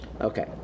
Okay